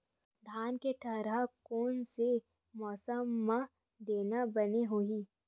धान के थरहा कोन से मौसम म देना बने होही?